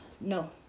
No